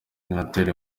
senateri